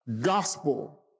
gospel